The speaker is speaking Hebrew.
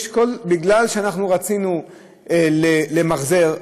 בגלל שאנחנו רצינו למחזר,